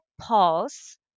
pause